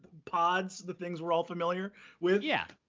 pods, the things we're all familiar with. yeah,